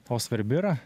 tau svarbi yra